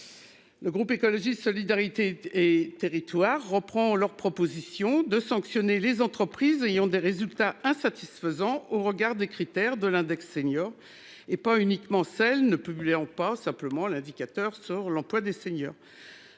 Le groupe écologiste solidarité et territoires reprend leur proposition de sanctionner les entreprises ayant des résultats insatisfaisants, au regard des critères de l'index senior et pas uniquement celles ne publiant pas simplement l'indicateur sur l'emploi des seniors.